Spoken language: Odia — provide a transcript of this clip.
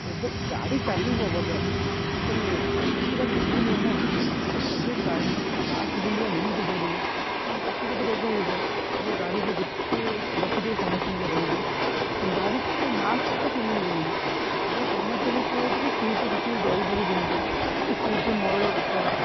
ଏବେ ଗାଡ଼ି ଚାଲିବ ବଜାରରେ ହେଲେ କିଛିଟା ନୀତି ନିୟମ ଅଛି କୋଭିଡ଼ ଟାଇମ ମାସ୍କ ପିନ୍ଧିବା ନିହାତି ଜରୁରୀ ନହେଲେ ତାକୁ ଯଦି ରୋଗ ହେଇଯାଏ ଟୋଟାଲ ଗାଡ଼ିରେ ଯେତେ ବସିଥିବେ ସମସ୍ତଙ୍କୁ ରୋଗ ହେଇଯିବ ଗାଡ଼ି ତ ମାସ୍କ ତ ପିନ୍ଧୁନୁ ପିନ୍ଧୁନୁ ଏବେ ଗମେଣ୍ଟ ତରଫରୁ କୁହାଯାଇଚି କି ସିଟ୍ କିଛି ଜରିଫରି ଦିଅନ୍ତୁ ଏ ସିଟ୍ରେ ମଇଳା କପଡ଼ା